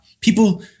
People